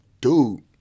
dude